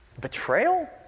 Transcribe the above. betrayal